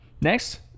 next